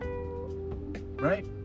Right